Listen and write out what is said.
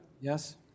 yes